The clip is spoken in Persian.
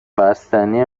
بستنی